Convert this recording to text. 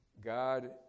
god